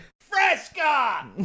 Fresca